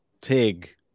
Tig